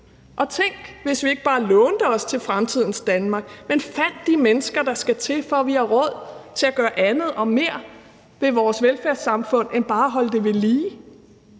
Og tænk, hvis vi ikke bare lånte os til fremtidens Danmark, men fandt de mennesker, der skal til, for at vi har råd til at gøre andet og mere ved vores velfærdssamfund end bare at holde det ved lige.